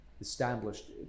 established